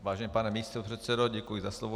Vážený pane místopředsedo, děkuji za slovo.